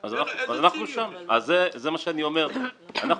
אני אומר שאנחנו שם.